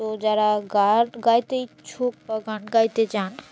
তো যারা গান গাইতে ইচ্ছুক বা গান গাইতে চান